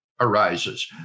arises